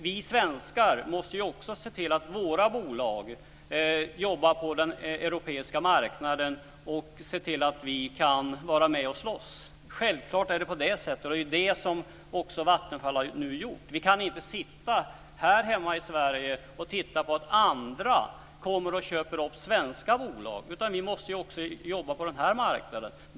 Vi svenskar måste också se till att våra bolag jobbar och är med och slåss på den europeiska marknaden. Självfallet är det så. Det är också detta som Vattenfall nu har gjort. Vi kan inte sitta här hemma i Sverige och titta på när utländska intressenter köper upp svenska bolag. Vi måste också jobba på den här marknaden.